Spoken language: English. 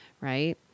right